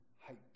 height